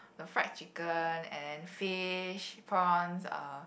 got fried chicken and then fish prawns uh